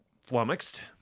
flummoxed